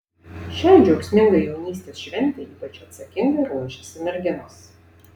šiai džiaugsmingai jaunystės šventei ypač atsakingai ruošiasi merginos